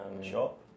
Shop